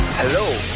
Hello